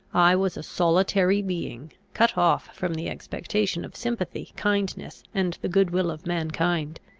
i was a solitary being, cut off from the expectation of sympathy, kindness, and the good-will of mankind.